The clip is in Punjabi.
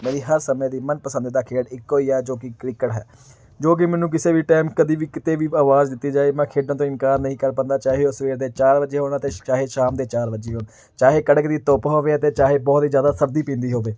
ਮੇਰੀ ਹਰ ਸਮੇਂ ਦੀ ਮਨਪਸੰਦ ਦਾ ਖੇਡ ਇੱਕੋ ਹੀ ਹੈ ਜੋ ਕਿ ਕ੍ਰਿਕਟ ਹੈ ਜੋ ਕਿ ਮੈਨੂੰ ਕਿਸੇ ਵੀ ਟਾਈਮ ਕਦੀ ਵੀ ਕਿਤੇ ਵੀ ਆਵਾਜ਼ ਦਿੱਤੀ ਜਾਏ ਮੈਂ ਖੇਡਣ ਤੋਂ ਇਨਕਾਰ ਨਹੀਂ ਕਰ ਪਾਉਂਦਾ ਚਾਹੇ ਉਹ ਸਵੇਰ ਦੇ ਚਾਰ ਵਜੇ ਹੋਣ ਅਤੇ ਸ਼ ਚਾਹੇ ਸ਼ਾਮ ਦੇ ਚਾਰ ਵਜੇ ਹੋਣ ਚਾਹੇ ਕੜਕ ਦੀ ਧੁੱਪ ਹੋਵੇ ਅਤੇ ਚਾਹੇ ਬਹੁਤ ਹੀ ਜ਼ਿਆਦਾ ਸਰਦੀ ਪੈਂਦੀ ਹੋਵੇ